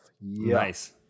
nice